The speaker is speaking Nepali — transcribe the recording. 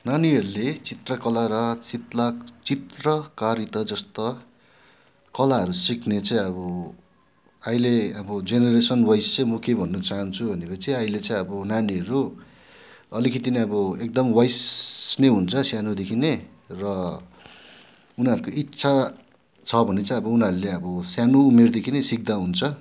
नानीहरूले चित्रकला र चित्ला चित्रकारिता जस्ता कलाहरू सिक्ने चाहिँ अब अहिले अब जेनेरेसन वाइज चाहिँ म के भन्नु चाहन्छु भनेपछि अहिले चाहिँ अब नानीहरू अलिकति नै अब एकदम वाइस नै हुन्छ सानोदेखि नै र उनीहरूको इच्छा छ भने चाहिँ अब उनीहरूले अब सानो उमेरदेखिनै सिक्दा हुन्छ